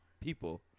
people